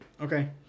Okay